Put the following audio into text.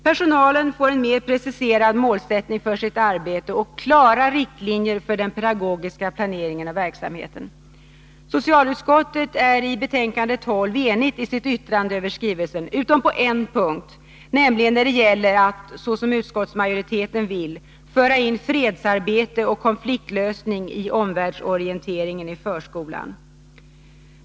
Personalen får en mer preciserad målsättning för sitt arbete och klara riktlinjer för den pedagogiska planeringen och verksamheten. Socialutskottet är i betänkandet 12 enigt i sitt yttrande över skrivelsen utom på en punkt, nämligen när det gäller att, såsom utskottsmajoriteten vill, föra in fredsarbete och konfliktlösning i omvärldsorienteringen i förskolan.